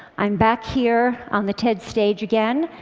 i'm back here on the ted stage again.